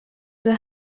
were